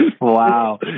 Wow